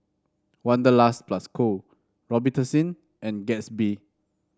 Wanderlust Plus Co Robitussin and Gatsby